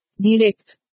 Direct